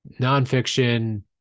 nonfiction